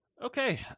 Okay